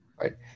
Right